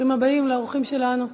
ברוכים הבאים לאורחים שלנו.